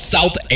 South